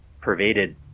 pervaded